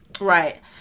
Right